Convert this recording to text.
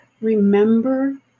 remember